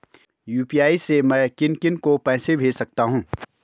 UPI से मैं किन किन को पैसे भेज सकता हूँ?